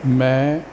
ਮੈਂ